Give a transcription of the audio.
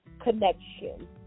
connection